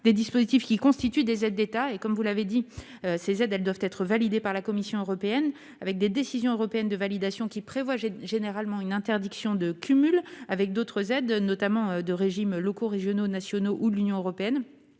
des dispositifs qui constituent des aides d'État et comme vous l'avez dit, ces aides, elles doivent être validées par la Commission européenne avec des décisions européennes de validation qui prévoient généralement une interdiction de cumul avec d'autres aides, notamment de régimes locaux, régionaux, nationaux ou de l'Union européenne